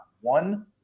one